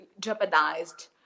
jeopardized